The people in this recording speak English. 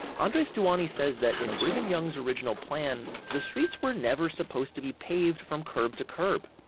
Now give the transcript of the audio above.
andres duaney says that in brigham young's original plan, the streets were never supposed to be paved from curb to curb.